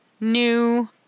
new